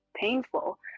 painful